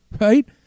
right